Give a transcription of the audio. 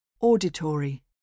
Auditory